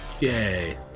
yay